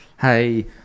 hey